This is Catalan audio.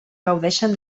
gaudeixen